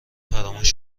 فراموش